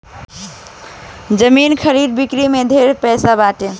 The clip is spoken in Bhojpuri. जमीन खरीद बिक्री में ढेरे पैसा बाटे